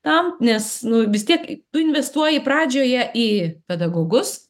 tam nes nu vis tiek tu investuoji pradžioje į pedagogus